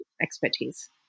expertise